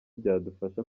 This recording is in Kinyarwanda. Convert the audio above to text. byadufasha